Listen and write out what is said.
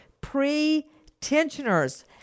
pre-tensioners